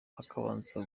akabanza